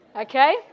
Okay